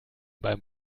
beim